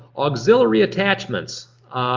ah axillary attachments,